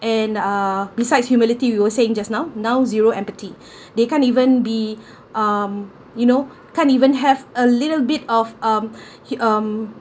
and uh besides humility we were saying just now now zero empathy they can't even be um you know can't even have a little bit of um um